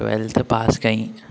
twelfth pass कयईं